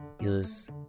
use